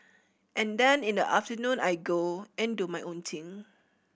and then in the afternoon I go and do my own thing